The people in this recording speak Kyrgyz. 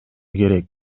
керек